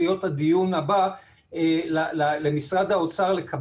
גל הדלתא היה בערך מחצית העומס מאשר גל האומיקרון.